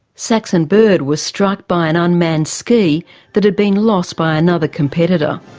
saxon bird was struck by an unmanned ski that had been lost by another competitor.